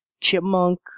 chipmunk